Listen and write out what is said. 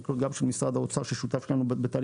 החקלאות וגם של משרד האוצר ששותף לנו בתהליך